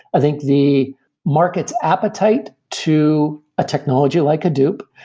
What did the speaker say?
i think the market appetite to a technology like hadoop,